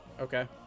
Okay